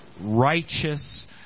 righteous